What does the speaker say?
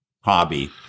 hobby